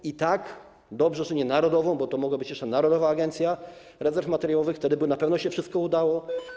I tak dobrze, że nie narodową, bo to mogła być jeszcze narodowa agencja rezerw materiałowych - wtedy by na pewno się wszystko udało.